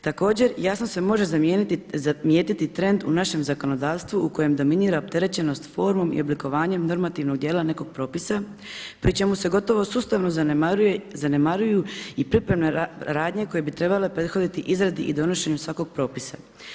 Također jasno se može zamijetiti trend u našem zakonodavstvu u kojem dominira opterećenost formom i oblikovanjem normativnog dijela nekog propisa pri čemu se gotovo sustavno zanemaruju i pripremne radnje koje bi trebale prethoditi izradi i donošenju svakog propisa.